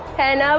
and